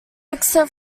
exit